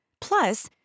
Plus